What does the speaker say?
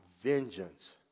vengeance